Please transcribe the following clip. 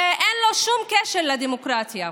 ואין לו שום קשר לדמוקרטיה.